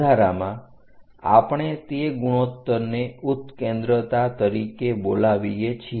વધારામાં આપણે તે ગુણોત્તરને ઉત્કેન્દ્રતા તરીકે બોલાવીએ છીએ